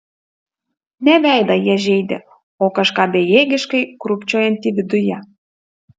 ne veidą jie žeidė o kažką bejėgiškai krūpčiojantį viduje